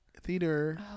theater